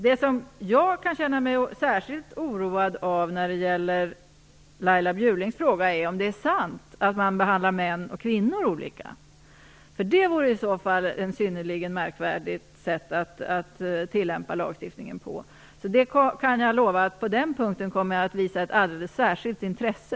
Det som jag kan känna mig särskilt oroad av när det gäller Laila Bjurlings fråga är om det är sant att man behandlar män och kvinnor olika. Det vore i så fall ett synnerligen märkligt sätt att tillämpa lagstiftningen på. Det kan jag lova, att på den punkten kommer jag att visa ett alldeles särskilt intresse.